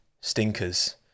stinkers